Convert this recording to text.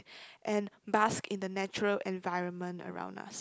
and bask in the natural environment around us